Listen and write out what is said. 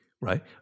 right